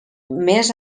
més